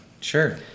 Sure